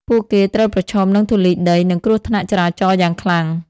ពួកគេត្រូវប្រឈមនឹងធូលីដី និងគ្រោះថ្នាក់ចរាចរណ៍យ៉ាងខ្លាំង។